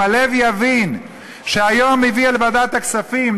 אם הלב יבין שהיום הביא אל ועדת הכספים,